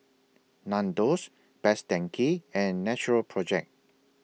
Nandos Best Denki and Natural Project